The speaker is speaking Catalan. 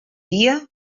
dia